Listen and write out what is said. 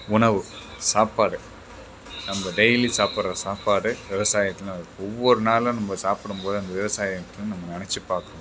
உணவு சாப்பாடு நம்ம டெய்லி சாப்பிடுற சாப்பாடு விவசாயத்துனால் ஒவ்வொரு நாளும் நம்ம சாப்பிடும்போது அந்த விவசாயத்தையும் நம்ம நினச்சி பார்க்கணும்